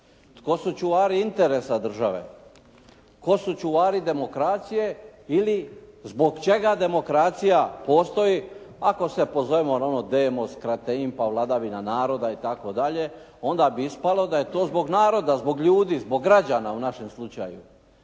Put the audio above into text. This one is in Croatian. Tko su čuvari interesa države? Tko su čuvari demokracije? Ili zbog čega demokracija postoji? Ako se pozovemo na ono demos … /Govornik se ne razumije/ … pa vladavina naroda i tako dalje onda bi ispalo da je to zbog naroda, zbog ljudi, zbog građana u našem slučaju.